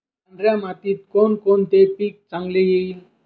पांढऱ्या मातीत कोणकोणते पीक चांगले येईल?